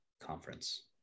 conference